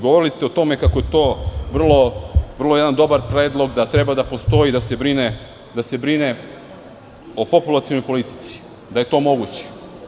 Govorili ste kako je to vrlo jedan dobar predlog, da treba da postoji da se brine o populacionoj politici, da je to moguće.